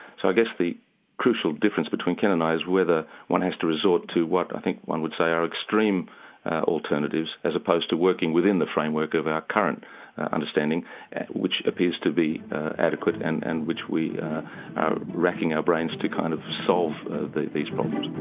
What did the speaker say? so i guess the crucial difference between ken and i is whether one has to resort to what i think one would say are extreme alternatives, as opposed to working within the framework of our current understanding which appears to be adequate and and which we are racking our brains to kind of solve ah these problems.